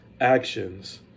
actions